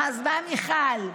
אז מה, מיכל?